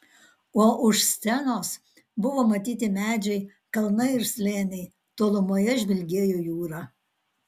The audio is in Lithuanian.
o už scenos buvo matyti medžiai kalnai ir slėniai tolumoje žvilgėjo jūra